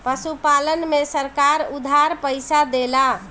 पशुपालन में सरकार उधार पइसा देला?